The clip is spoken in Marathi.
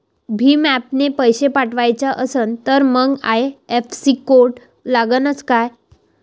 भीम ॲपनं पैसे पाठवायचा असन तर मंग आय.एफ.एस.सी कोड लागनच काय?